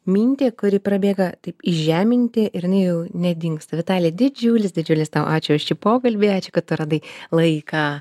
mintį kuri prabėga taip įžeminti ir ji jau nedingsta vitalija didžiulis didžiulis tau ačiū šį pokalbį ačiū kad tu radai laiką